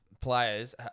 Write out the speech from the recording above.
players